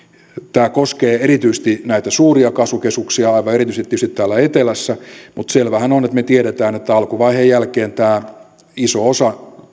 tämä koskee erityisesti näitä suuria kasvukeskuksia aivan erityisesti tietysti täällä etelässä mutta selväähän on ja me tiedämme että alkuvaiheen jälkeen iso osa